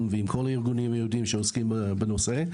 ועם כל הארגונים היהודיים שעוסקים בנושא.